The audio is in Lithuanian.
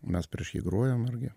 mes prieš jį grojom irgi